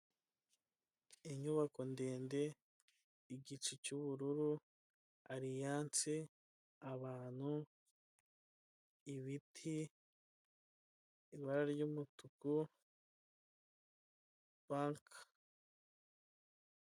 Iki ni icyumba k'inama y'imwe muri kampani runaka, aho abayobozi bashobora guhurira mu kwiga ku ngingo zitandukanye no gukemura ibibazo byagaragaye.